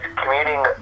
commuting